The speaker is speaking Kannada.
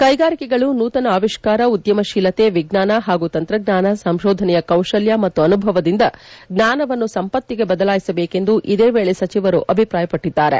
ಕೈಗಾರಿಕೆಗಳು ನೂತನ ಆವಿಷ್ಕಾರ ಉದ್ಯಮಶೀಲತೆ ವಿಜ್ಞಾನ ಹಾಗೂ ತಂತ್ರಜ್ಞಾನ ಸಂಶೋಧನೆಯ ಕೌಶಲ್ಯ ಮತ್ತು ಅನುಭವದಿಂದ ಜ್ಞಾನವನ್ನು ಸಂಪತ್ತಿಗೆ ಬದಲಾಯಿಸಬೇಕು ಎಂದು ಇದೇ ವೇಳೆ ಸಚಿವರು ಅಭಿಪ್ರಾಯಪಟ್ಟಿದ್ದಾರೆ